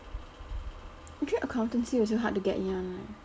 actually accountancy also hard to get in [one] right